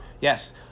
Yes